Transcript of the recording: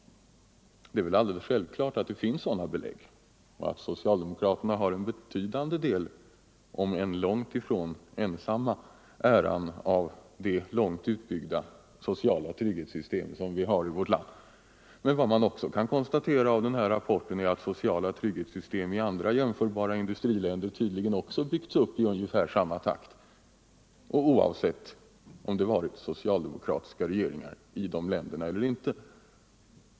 Det är väl alldeles självklart att det finns sådana belägg och att socialdemokraterna har en betydande del — även om de är långt ifrån ensamma om den — av äran av det långt utbyggda sociala trygghetssystem som vi har i vårt land. Men vad man också kan utläsa av den här rapporten är att det tydligen byggts upp sociala trygghetssystem i andra, jämförbara industriländer i ungefär samma takt som här och oavsett om de haft socialdemokratiska regeringar eller inte.